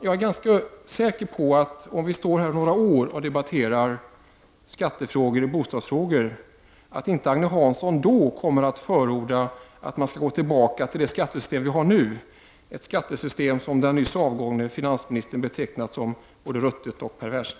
Jag är ganska säker på att om vi står här om några år och debatterar skatteoch bostadsfrågor, kommer inte Agne Hansson att då förorda att vi skall gå tillbaka till det skattesystem som vi har nu — ett skattesystem som den nyss avgångne finansministern betecknat som både ruttet och perverst.